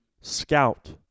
scout